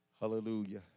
hallelujah